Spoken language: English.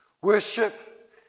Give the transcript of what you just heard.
worship